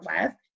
left